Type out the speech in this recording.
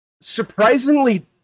surprisingly